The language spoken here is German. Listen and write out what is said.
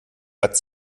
hat